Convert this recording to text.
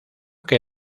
que